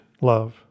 love